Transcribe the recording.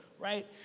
right